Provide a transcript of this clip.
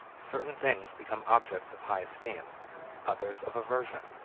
certain things become objects of high esteem others of aversion.